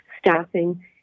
staffing